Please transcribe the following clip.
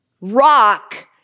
rock